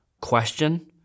question